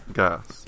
gas